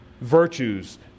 virtues